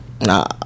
Nah